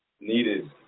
Needed